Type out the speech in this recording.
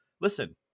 listen